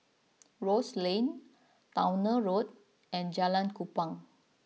Rose Lane Towner Road and Jalan Kupang